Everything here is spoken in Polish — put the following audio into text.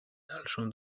dalszą